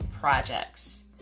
projects